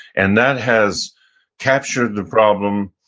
and that has captured the problem,